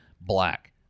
black